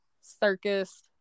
circus